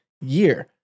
year